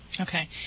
Okay